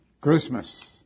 Christmas